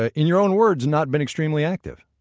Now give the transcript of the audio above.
ah in your own words, not been extremely active